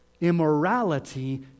immorality